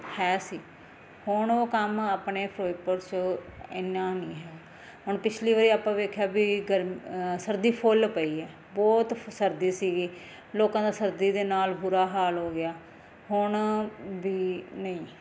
ਹੈ ਸੀ ਹੁਣ ਉਹ ਕੰਮ ਆਪਣੇ ਫ਼ਿਰੋਜ਼ਪੁਰ 'ਚ ਇੰਨਾਂ ਨਹੀਂ ਹੈ ਹੁਣ ਪਿਛਲੀ ਵਾਰ ਆਪਾਂ ਵੇਖਿਆ ਵੀ ਗਰਮ ਸਰਦੀ ਫੁਲ ਪਈ ਹੈ ਬਹੁਤ ਫ ਸਰਦੀ ਸੀਗੀ ਲੋਕਾਂ ਦਾ ਸਰਦੀ ਦੇ ਨਾਲ ਬੁਰਾ ਹਾਲ ਹੋ ਗਿਆ ਹੁਣ ਵੀ ਨਹੀਂ ਹੈ